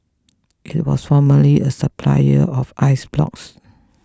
it was formerly a supplier of ice blocks